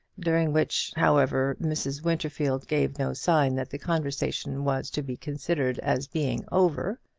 during which, however, mrs. winterfield gave no sign that the conversation was to be considered as being over.